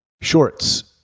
shorts